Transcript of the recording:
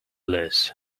blues